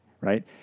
right